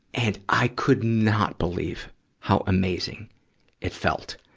and i could not believe how amazing it felt.